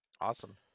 Awesome